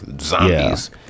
zombies